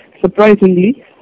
Surprisingly